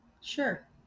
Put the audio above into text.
Sure